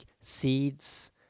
seeds